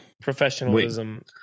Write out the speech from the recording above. professionalism